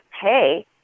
pay